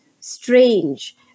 strange